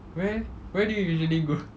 where where do you usually go